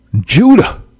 Judah